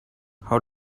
how